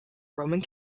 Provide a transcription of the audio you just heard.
roman